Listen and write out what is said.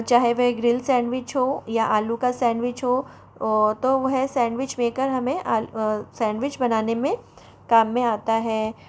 चाहे वह grill sandwich हो या आलू का सैंडविच हो तो वह सैंडविच मेकर हमें सैंडविच बनाने में काम में आता है